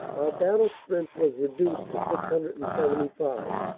battle strength was reduced to six hundred and seventy five.